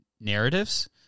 narratives